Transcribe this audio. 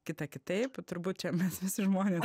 kitą kitaip turbūt čia mes visi žmonės